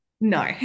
no